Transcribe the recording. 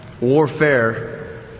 warfare